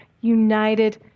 united